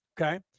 okay